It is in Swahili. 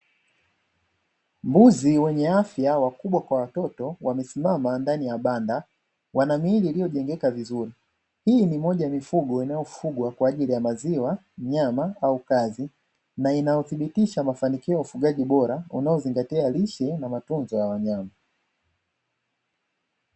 Mbuzi wenye afya wakubwa kwa watoto wamesimama ndani ya banda, wana miili iliyojengeka vizuri hii ni moja ya mifugo inayofugwa kwa ajili ya maziwa, nyama au kazi inayothibitisha mafanikio ya ufugaji bora unaofuatilia lishe na matunzo ya wanyama.